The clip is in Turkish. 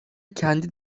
kendi